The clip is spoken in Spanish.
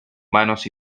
manos